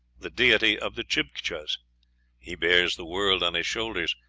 the deity of the chibchas he bears the world on his shoulders,